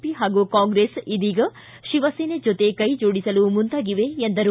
P ಹಾಗೂ Congress ಇದೀಗ ಶಿವಸೇನೆ ಜೊತೆ ಕೈ ಜೋಡಿಸಲು ಮುಂದಾಗಿವೆ ಎಂದರು